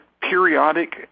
periodic